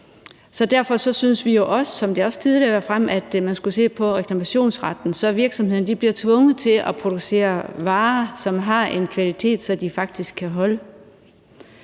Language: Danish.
har været fremme, at man skulle se på reklamationsretten, så virksomhederne bliver tvunget til at producere varer, der har en kvalitet, så de faktisk kan holde.